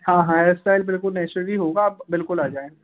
हाँ हाँ hair style बिल्कुल नैचुरली होगा आप बिलकुल आ जाएँ